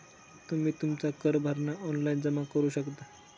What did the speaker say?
तुम्ही तुमचा कर भरणा ऑनलाइन जमा करू शकता